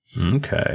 Okay